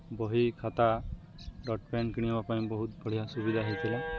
ବହି ଖାତା dot pen କିଣିବା ପାଇଁ ବହୁତ ବଢ଼ିଆ ସୁବିଧା ହେଇଥିଲା